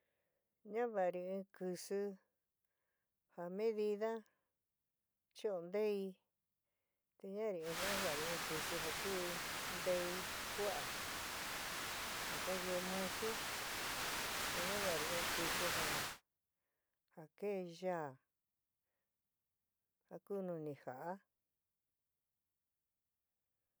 Ñava'ari in kɨsɨ ja medida cho'o nteɨ ñava'ari in kɨsɨ ja kuú ntei u'aa ja ka yeé musu te ñava'ari in kɨsɨ ja ja keé yaá jaku nunija'á.